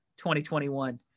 2021